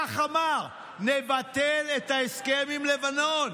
כך אמר: נבטל את ההסכם עם לבנון.